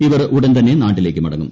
ഇവർ ഉടൻ തന്നെ നാട്ടിലേക്ക് മടങ്ങും